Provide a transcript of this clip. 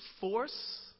force